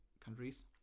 countries